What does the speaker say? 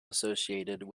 associated